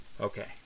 Okay